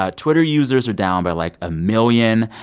ah twitter users are down by, like, a million.